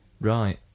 Right